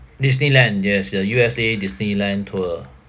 disneyland yes the U_S_A disneyland tour